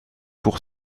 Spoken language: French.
pour